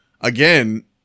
again